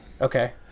Okay